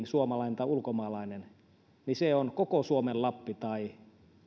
suomalainen tai ulkomaalainen tulee vierailulle lappiin se on koko suomen lappi tai on